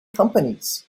companies